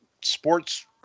sports